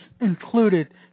included